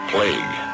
Plague